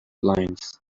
lines